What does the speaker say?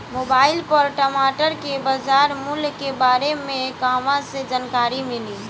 Mobile पर टमाटर के बजार मूल्य के बारे मे कहवा से जानकारी मिली?